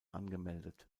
angemeldet